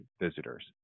visitors